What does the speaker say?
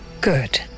Good